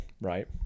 right